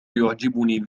يعجبني